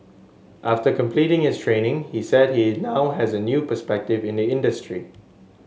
after completing his training he said he now has a new perspective in the industry